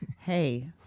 Hey